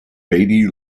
beatty